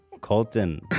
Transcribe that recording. Colton